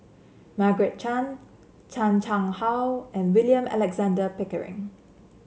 Margaret Chan Chan Chang How and William Alexander Pickering